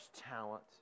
talent